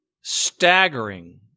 staggering